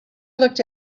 looked